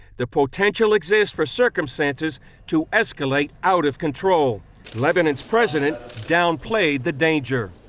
the potential exists for circumstances to escalate out of-control. lebanon's president downplayed the danger.